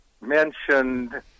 mentioned